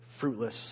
fruitless